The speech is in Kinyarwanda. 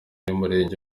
y’umurenge